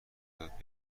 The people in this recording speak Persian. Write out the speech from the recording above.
داد